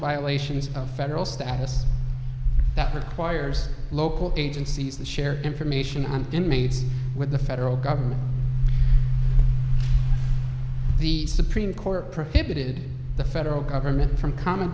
violations of federal status that requires local agencies that share information on inmates with the federal government the supreme court prohibited the federal government from